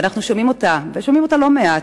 ואנו שומעים אותה לא מעט,